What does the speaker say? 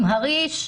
עם הרי"ש,